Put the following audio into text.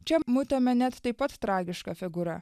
čia mutėme net taip pat tragiška figūra